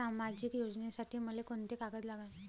सामाजिक योजनेसाठी मले कोंते कागद लागन?